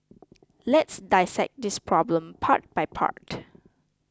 let's dissect this problem part by part